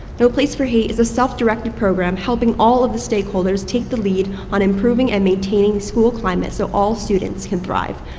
no place for hate is a self-directed program helping all of the stakeholders take the lead on improving and maintaining school climate so all students can thrive.